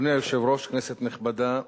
אדוני היושב-ראש, כנסת נכבדה,